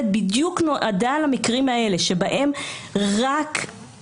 בלי קשר לחוק ההסדרים ובלי קשר לבקשה